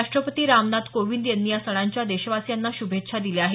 राष्ट्रपती रामनाथ कोविंद यांनी या सणांच्या देशवासियांना श्रभेच्छा दिल्या आहेत